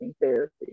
therapy